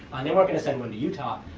and they weren't going to send one to utah.